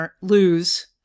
lose